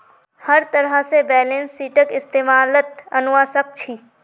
हर तरह से बैलेंस शीटक इस्तेमालत अनवा सक छी